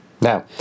Now